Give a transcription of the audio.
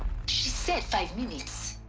she said five minutes.